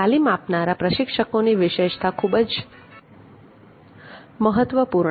તાલીમ આપનારા પ્રશિક્ષકોની વિશેષતા ખૂબ જ મહત્વપૂર્ણ છે